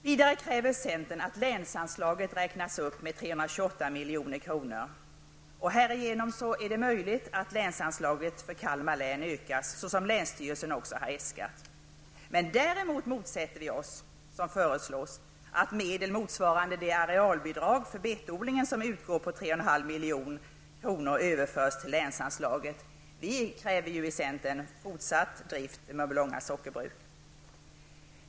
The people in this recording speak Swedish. Vidare kräver centern att länsanslaget uppräknas med 328 milj.kr. Härigenom kan länsanslaget för Däremot motsätter vi oss att medel motsvarande det arealbidrag för betodling som uppgår till 3,5 milj.kr. överförs till länsanslaget. Vi i centern kräver ju fortsatt drift vid Mörbylånga sockerbruk.